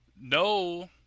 No